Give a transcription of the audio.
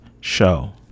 show